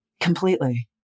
completely